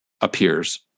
appears